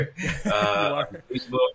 Facebook